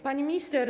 Pani Minister!